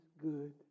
good